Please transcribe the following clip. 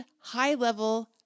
high-level